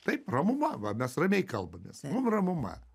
taip ramuma va mes ramiai kalbamės mum ramuma